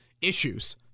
issues